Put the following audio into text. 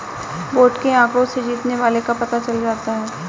vote के आंकड़ों से जीतने वाले का पता चल जाता है